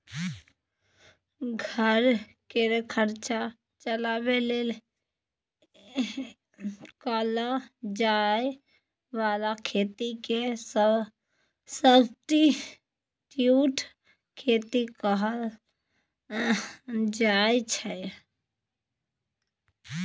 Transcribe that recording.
घर केर खर्चा चलाबे लेल कएल जाए बला खेती केँ सब्सटीट्युट खेती कहल जाइ छै